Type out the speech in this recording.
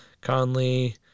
Conley